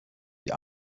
die